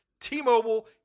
T-Mobile